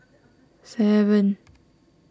seven